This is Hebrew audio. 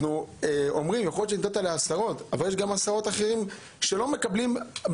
יכול להיות שנתת לעשרות אבל יש גם עשרות אחרים שמבקשים ולא מקבלים.